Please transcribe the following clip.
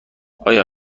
آیا